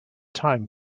time